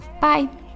Bye